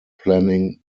planning